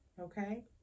Okay